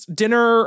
dinner